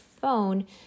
phone